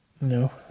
No